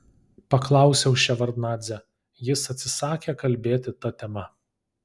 paklausiau ševardnadzę jis atsisakė kalbėti ta tema